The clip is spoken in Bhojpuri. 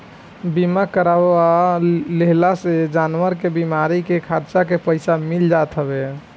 बीमा करवा लेहला से जानवर के बीमारी के खर्चा के पईसा मिल जात हवे